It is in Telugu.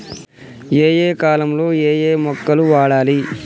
ఏయే కాలంలో ఏయే మొలకలు వాడాలి?